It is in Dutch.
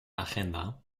agenda